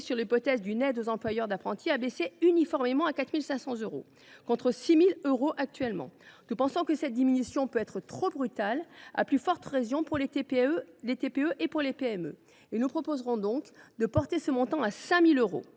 sur l’hypothèse d’une aide aux employeurs d’apprentis abaissée uniformément à 4 500 euros, contre 6 000 euros actuellement. Nous pensons que cette diminution peut être trop brutale, à plus forte raison pour les TPE et les PME. Nous proposerons donc de porter ce montant à 5 000 euros.